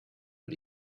but